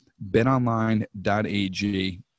betonline.ag